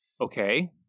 Okay